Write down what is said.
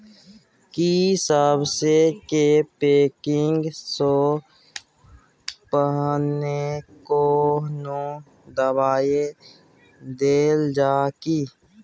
की सबसे के पैकिंग स पहिने कोनो दबाई देल जाव की?